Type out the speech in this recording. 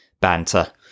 banter